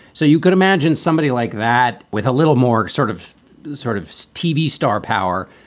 so you could imagine somebody like that with a little more sort of sort of tv star power,